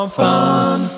fun